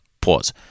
Pause